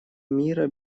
мира